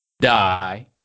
Die